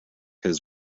his